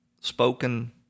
spoken